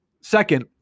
Second